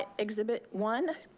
and exhibit one